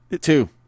two